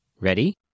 Ready